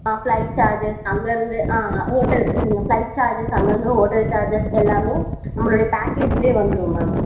ஆ flight charges அங்கேருந்து ஆ hotel இருங்க ஃபிளைட் சார்ஜஸ் அங்கேருந்து ஹோட்டல் சார்ஜஸ் எல்லாம் நம்மளுடைய பேக்கேஜ்லேயே வந்துடும் மேம்